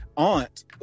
aunt